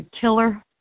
killer